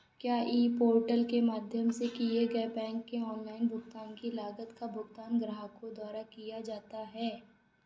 क्या e portal के माध्यम से किए गए बैंक के ऑनलाइन भुगतान की लागत का भुगतान ग्राहकों द्वारा किया जाता है?